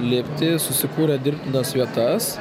lipti susikūrė dirbtinas vietas